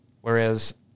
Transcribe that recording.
Whereas